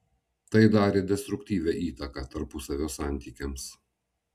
tai darė destruktyvią įtaką tarpusavio santykiams